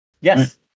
Yes